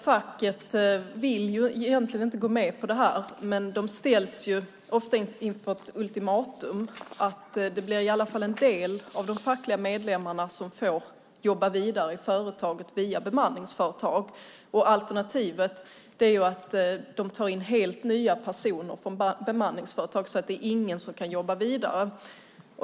Facket vill egentligen inte gå med på detta men ställs ofta inför ett ultimatum. Via bemanningsföretag får åtminstone en del av de fackliga medlemmarna jobba vidare i företaget. Alternativet är ju att man tar in helt nya personer från bemanningsföretag så att ingen kan jobba vidare.